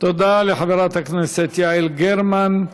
תודה לחברת הכנסת יעל גרמן.